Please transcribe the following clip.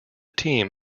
team